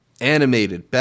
animated